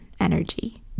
energy